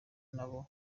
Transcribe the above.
nabo